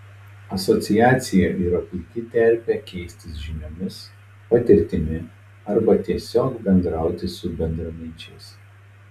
asociacija yra puiki terpė keistis žiniomis patirtimi arba tiesiog bendrauti su bendraminčiais